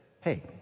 hey